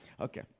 Okay